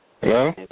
Hello